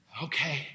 Okay